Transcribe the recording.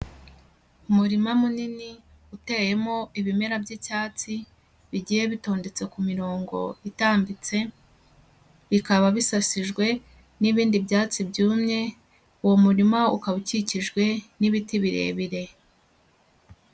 Umurima munini uteyemo ibimera by'icyatsi bigiye bitondetse ku mirongo itambitse, bikaba bisasijwe n'ibindi byatsi byumye, uwo murima ukaba ukikijwe n'ibiti birebire.